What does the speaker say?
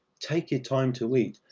take your time to eat.